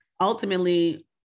ultimately